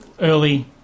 early